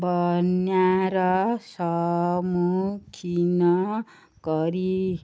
ବନ୍ୟାର ସମ୍ମୁଖୀନ କରି